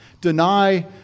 Deny